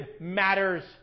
matters